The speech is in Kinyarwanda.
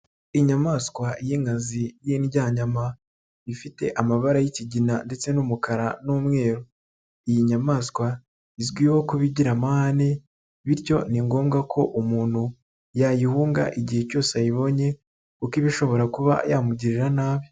Inyamaswa y'inkazi y'indyanyama, ifite amabara y'ikigina ndetse n'umukara n'umweru, iyi nyamaswa izwiho kuba igira amahane, bityo ni ngombwa ko umuntu yayihunga igihe cyose ayibonye kuko ibi ishobora kuba yamugirira nabi.